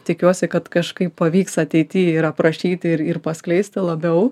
tikiuosi kad kažkaip pavyks ateity ir aprašyti ir paskleisti labiau